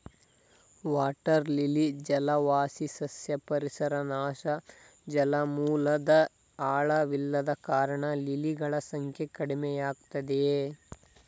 water lily ಜಲವಾಸಿ ಸಸ್ಯ ಪರಿಸರ ನಾಶ ಜಲಮೂಲದ್ ಆಳವಿಲ್ಲದ ಕಾರಣ ಲಿಲಿಗಳ ಸಂಖ್ಯೆ ಕಡಿಮೆಯಾಗಯ್ತೆ